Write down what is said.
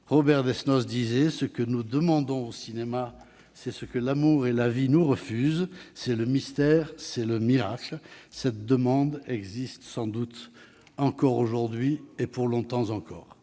Robert Desnos disait :« Ce que nous demandons au cinéma, c'est ce que l'amour et la vie nous refusent, c'est le mystère, c'est le miracle. » Cette demande existe sans doute toujours aujourd'hui, et pour longtemps encore.